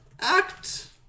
act